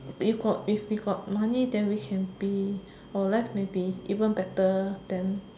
if got if we got money then we can be or live can be even better than